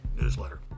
newsletter